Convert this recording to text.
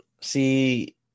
See